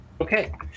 okay